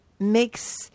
Makes